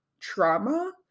trauma